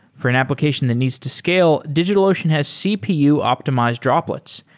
for an application that needs to scale, digitalocean has cpu optimized droplets,